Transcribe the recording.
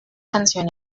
canción